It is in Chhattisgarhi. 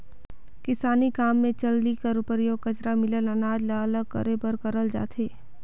किसानी काम मे चलनी कर परियोग कचरा मिलल अनाज ल अलग अलग करे बर करल जाथे